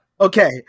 Okay